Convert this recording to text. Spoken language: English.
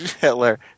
Hitler